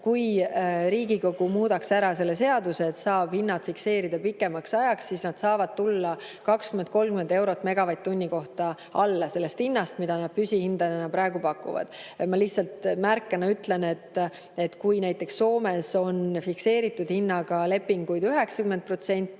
kui Riigikogu muudaks ära selle seaduse, et saab hinnad fikseerida pikemaks ajaks, siis nad saavad tulla 20–30 eurot megavatti tunni kohta alla sellest hinnast, mida nad püsihindadena praegu pakuvad. Ma lihtsalt märkusena ütlen, et kui näiteks Soomes on fikseeritud hinnaga lepinguid 90%